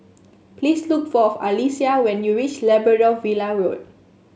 please look for of Alyssia when you reach Labrador Villa Road